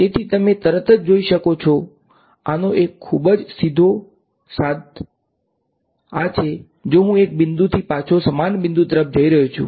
તેથી તમે તરત જ જોઈ શકો છો આનો એક ખૂબ જ સીધો સાથોસાથ આ છે કે જો હું એક બિંદુથી પાછો સમાન બિંદુ તરફ જઈ રહ્યો છું